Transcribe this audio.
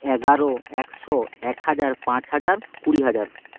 এগারো একশো এক হাজার পাঁচ হাজার কুড়ি হাজার